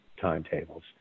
timetables